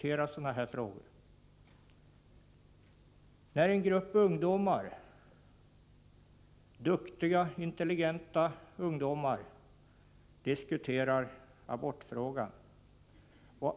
En grupp duktiga, intelligenta ungdomar diskuterade abortfrågan.